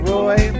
Roy